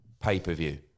pay-per-view